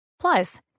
Plus